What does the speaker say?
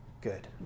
good